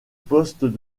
postes